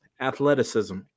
athleticism